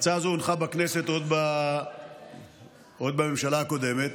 בכנסת עוד בממשלה הקודמת,